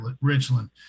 Richland